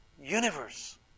universe